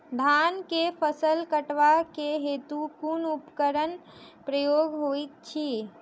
धान केँ फसल कटवा केँ हेतु कुन उपकरणक प्रयोग होइत अछि?